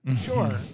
Sure